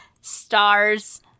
Stars